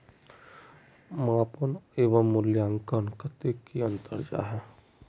मापन एवं मूल्यांकन कतेक की अंतर जाहा?